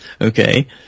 Okay